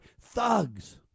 thugs